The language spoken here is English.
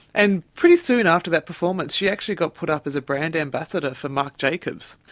and pretty soon after that performance she actually got put up as a brand ambassador for marc jacobs,